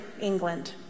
England